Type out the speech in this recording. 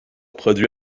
produit